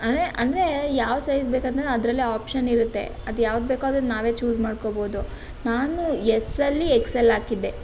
ಅಂದರೆ ಅಂದರೆ ಯಾವ ಸೈಝ್ ಬೇಕೆಂದರೂ ಅದರಲ್ಲೇ ಆಪ್ಷನ್ ಇರುತ್ತೆ ಅದು ಯಾವುದು ಬೇಕೋ ಅದನ್ನು ನಾವೇ ಚೂಸ್ ಮಾಡ್ಕೋಬಹುದು ನಾನು ಎಸ್ಸಲ್ಲಿ ಎಕ್ಸ್ ಎಲ್ ಹಾಕಿದ್ದೆ